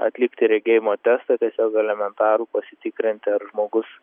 atlikti regėjimo testą tiesiog elementarų pasitikrinti ar žmogus